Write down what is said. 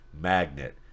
magnet